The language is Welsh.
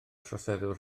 troseddwr